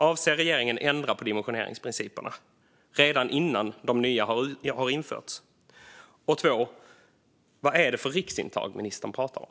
Avser regeringen att ändra på dimensioneringsprinciperna redan innan de nya har införts? Den andra är: Vad är det för riksintag som ministern pratar om?